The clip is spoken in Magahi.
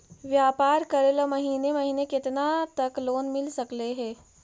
व्यापार करेल महिने महिने केतना तक लोन मिल सकले हे?